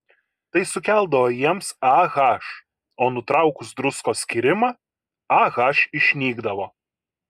tai sukeldavo jiems ah o nutraukus druskos skyrimą ah išnykdavo